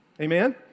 Amen